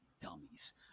dummies